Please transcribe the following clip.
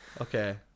Okay